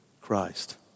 Christ